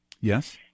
Yes